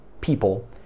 people